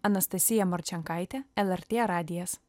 anastasija marčenkaitė lrt radijas